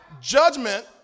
Judgment